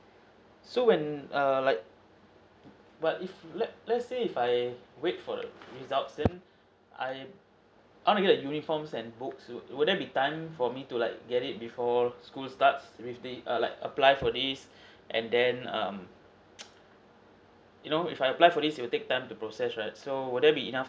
so when err like what if let's let's say if I wait for the result since I I want to get a uniform and book to will there be time for me to like get it before school starts previously err like apply for this and then um you know if I apply for this it will take time to process right so will there be enough